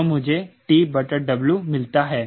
तो मुझे TW मिलता है